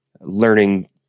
learning